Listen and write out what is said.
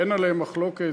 אין עליהן מחלוקת.